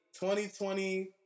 2020